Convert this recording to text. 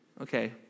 Okay